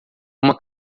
uma